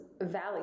valley